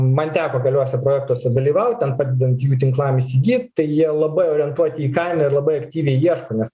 man teko keliuose projektuose dalyvaut ten padedant jų tinklam įsigyt tai jie labai orientuoti į kainą ir labai aktyviai ieško nes